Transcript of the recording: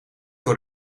door